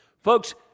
Folks